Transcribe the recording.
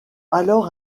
alors